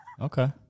okay